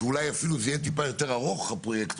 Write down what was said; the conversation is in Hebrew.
ואולי בסוף זה יהיה יותר ארוך אבל